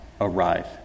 arrive